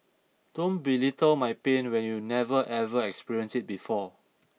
don't belittle my pain when you never ever experienced it before